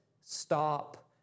stop